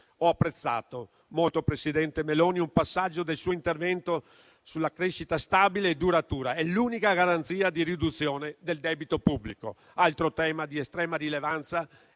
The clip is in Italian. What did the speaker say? Ho apprezzato molto, signor presidente Meloni, un passaggio del suo intervento sulla crescita stabile e duratura, che è l'unica garanzia di riduzione del debito pubblico. Altro tema di estrema rilevanza